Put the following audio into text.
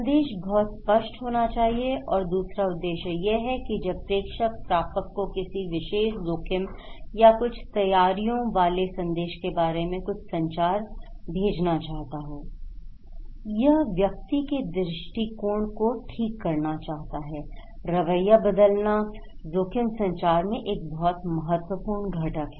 संदेश बहुत स्पष्ट होना चाहिए और दूसरा उद्देश्य यह है कि जब प्रेषक प्रापक को किसी विशेष जोखिम या कुछ तैयारियों वाले संदेश के बारे में कुछ संचार भेजना चाहते होI वह व्यक्ति के दृष्टिकोण को ठीक करना चाहता है रवैया बदलना जोखिम संचार मैं एक बहुत महत्वपूर्ण घटक है